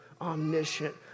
omniscient